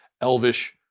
elvish